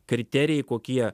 kriterijai kokie